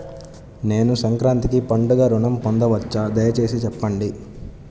నేను సంక్రాంతికి పండుగ ఋణం పొందవచ్చా? దయచేసి చెప్పండి?